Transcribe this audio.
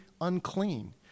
unclean